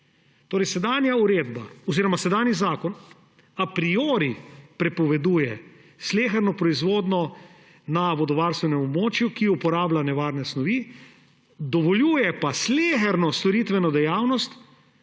Sedanja uredba oziroma sedanji zakon a priori prepoveduje sleherno proizvodnjo na vodovarstvenem območju, ki uporablja nevarne snovi, dovoljuje pa sleherno storitveno dejavnost,